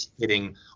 hitting